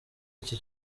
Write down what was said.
iki